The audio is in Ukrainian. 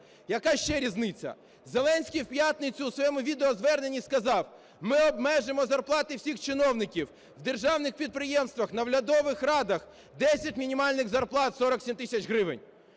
Яка ще різниця? Зеленський у п'ятницю у своєму відеозверненні сказав, ми обмежимо зарплати всіх чиновників у державних підприємствах, в наглядових радах – 10 мінімальних зарплат, 47 тисяч гривень.